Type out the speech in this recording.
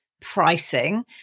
pricing